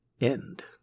end